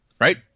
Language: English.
right